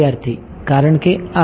વિદ્યાર્થી કારણકે આ